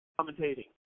commentating